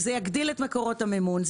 זה יגדיל את מקורות המימון,